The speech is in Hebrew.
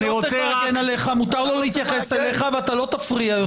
מותר לו להתייחס אליך ולא תפריע יותר.